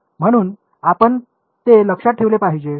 म्हणून आपण ते लक्षात ठेवले पाहिजे